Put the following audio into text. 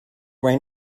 rain